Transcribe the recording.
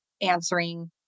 answering